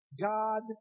God